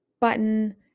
button